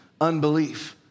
unbelief